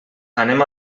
anem